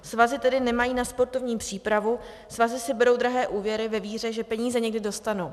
Svazy tedy nemají na sportovní přípravu, svazy si berou drahé úvěry ve víře, že peníze někdy dostanou.